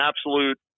absolute